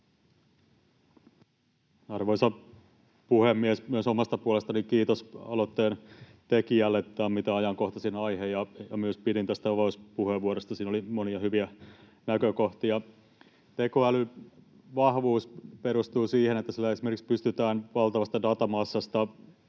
Arvoisa puhemies! Myös omasta puolestani kiitos aloitteen tekijälle. Tämä on mitä ajankohtaisin aihe. Ja pidin myös tästä avauspuheenvuorosta, siinä oli monia hyviä näkökohtia. Tekoälyn vahvuus perustuu siihen, että sillä esimerkiksi pystytään valtavasta datamassasta